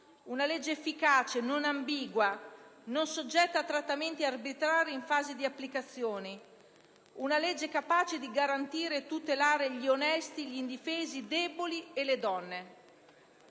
una legge efficace, non ambigua, non soggetta a trattamenti arbitrari in fase di applicazione, una legge capace di garantire e tutelare gli onesti, gli indifesi, i deboli e le donne.